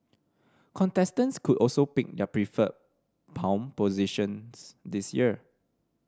contestants could also pick their preferred palm positions this year